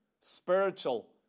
spiritual